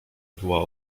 była